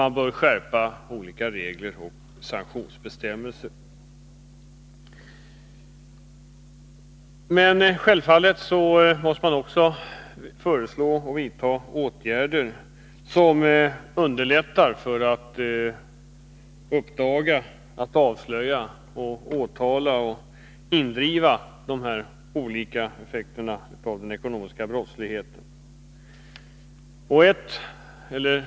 Olika regler och sanktionsbestämmelser bör skärpas. Naturligtvis måste det också vidtas åtgärder som underlättar uppdagandet av ekonomiska brott, väckandet av åtal och indrivning.